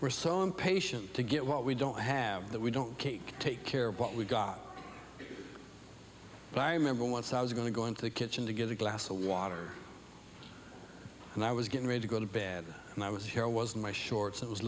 we're so impatient to get what we don't have that we don't cake take care of what we've got but i remember once i was going to go into the kitchen to get a glass of water and i was getting ready to go to bed and i was here was my shorts